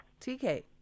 tk